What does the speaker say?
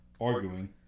arguing